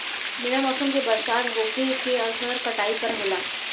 बिना मौसम के बरसात होखे के असर काटई पर होला